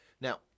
Now